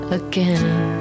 again